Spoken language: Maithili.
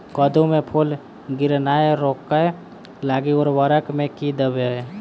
कद्दू मे फूल गिरनाय रोकय लागि उर्वरक मे की देबै?